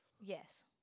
Yes